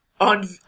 On